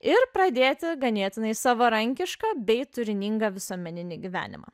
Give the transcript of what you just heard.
ir pradėti ganėtinai savarankišką bei turiningą visuomeninį gyvenimą